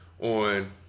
on